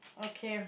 okay